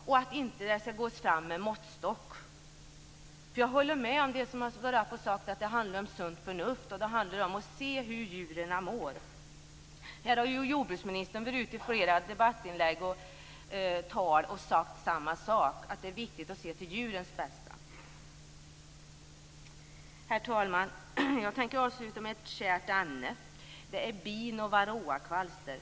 Det skall inte gås fram med måttstock. Jag håller med om det som har sagts tidigare; det handlar om sunt förnuft. Det handlar om att se hur djuren mår. Jordbruksministern har sagt samma sak i flera debattinlägg och tal. Det är viktigt att se till djurens bästa. Herr talman! Jag tänker avsluta med ett kärt ämne. Det är bin och varroakvalster.